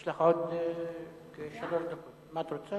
יש לך עוד שלוש דקות, אם את רוצה.